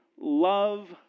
love